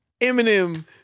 Eminem